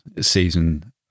season